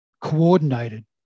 coordinated